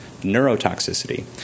neurotoxicity